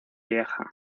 vieja